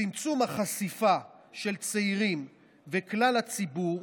צמצום החשיפה של צעירים וכלל הציבור